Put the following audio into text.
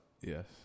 Yes